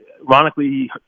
ironically